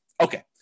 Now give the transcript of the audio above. Okay